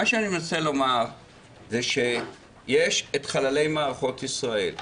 מה שאני מנסה לומר הוא שיש חללי מערכות ישראל,